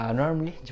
normally